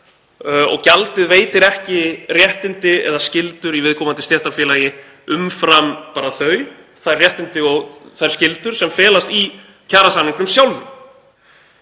af. Gjaldið veitir ekki réttindi eða skyldur í viðkomandi stéttarfélagi umfram þau réttindi og þær skyldur sem felast í kjarasamningunum sjálfum.